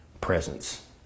presence